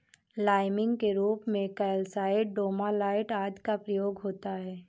liming के रूप में कैल्साइट, डोमालाइट आदि का प्रयोग होता है